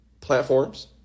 platforms